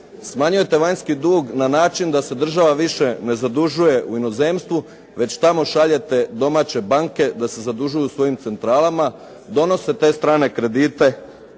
smanjujete vanjski dug na način da se država više ne zadužuje u inozemstvu, već tamo šaljete domaće banke da se zadužuju u svojim centralama, donose te strane kredite